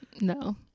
No